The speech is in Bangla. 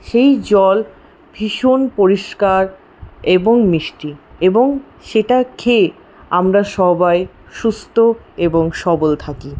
সেই জল ভীষণ পরিষ্কার এবং মিষ্টি এবং সেটা খেয়ে আমরা সবাই সুস্থ এবং সবল থাকি